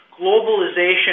globalization